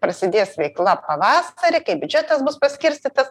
prasidės veikla pavasarį kai biudžetas bus paskirstytas